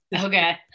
okay